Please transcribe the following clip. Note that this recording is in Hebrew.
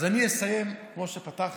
אז אני אסיים כמו שפתחתי: